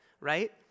right